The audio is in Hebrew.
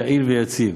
יעיל ויציב.